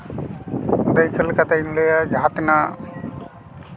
ᱫᱟᱹᱭᱠᱟᱹ ᱞᱮᱠᱟᱛᱤᱧ ᱞᱟᱹᱭᱟ ᱡᱟᱦᱟᱸ ᱛᱤᱱᱟᱹᱜ